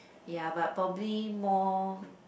ya but probably more